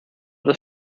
das